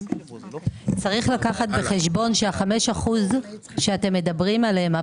צריך לקחת בחשבון שה-5% שאתם מדברים עליהם,